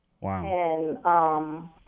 Wow